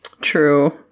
True